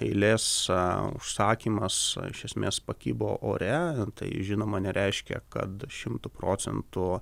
eilės užsakymas iš esmės pakibo ore tai žinoma nereiškia kad šimtu procentu